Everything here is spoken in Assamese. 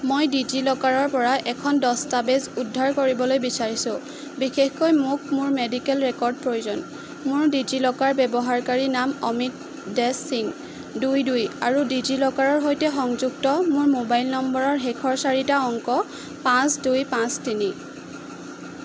মই ডিজি লকাৰৰ পৰা এখন দস্তাবেজ উদ্ধাৰ কৰিবলৈ বিচাৰিছোঁ বিশেষকৈ মোক মোৰ মেডিকেল ৰেকৰ্ড প্ৰয়োজন মোৰ ডিজি লকাৰ ব্যৱহাৰকাৰী নাম অমিত দেছ সিং দুই দুই আৰু ডিজি লকাৰৰ সৈতে সংযুক্ত মোৰ মোবাইল নম্বৰৰ শেষৰ চাৰিটা অংক পাঁচ দুই পাঁচ তিনি